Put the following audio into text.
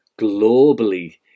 globally